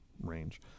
range